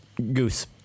Goose